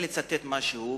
אני רוצה לצטט משהו.